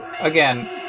again